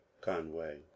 Conway